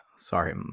sorry